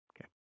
Okay